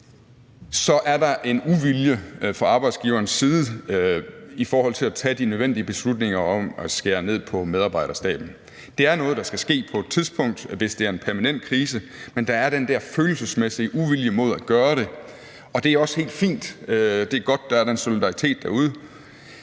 så er der en uvilje fra arbejdsgiverens side mod at tage de nødvendige beslutninger om at skære ned på medarbejderstaben. Det er noget, der skal ske på et tidspunkt, hvis det er en permanent krise, men der er den der følelsesmæssige uvilje mod at gøre det, og det er også helt fint. Det er godt, at der er den solidaritet derude.